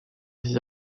ces